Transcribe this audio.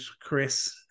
Chris